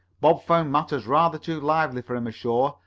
bob found matters rather too lively for him ashore,